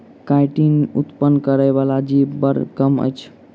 chitin उत्पन्न करय बला जीव बड़ कम अछि